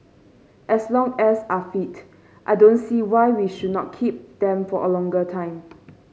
as long as are fit I don't see why we should not keep them for a longer time